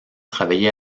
travaillé